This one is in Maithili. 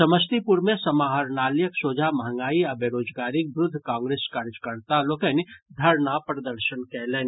समस्तीपुर मे समाहरणालयक सोझा महंगाई आ बेरोजगारीक विरूद्ध कांग्रेस कार्यकर्ता लोकनि धरना प्रदर्शन कयलनि